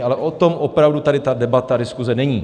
Ale o tom opravdu tady ta debata, diskuze není.